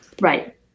right